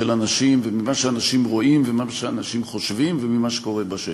אנשים וממה שאנשים רואים וממה שאנשים חושבים וממה שקורה בשטח.